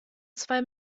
zwei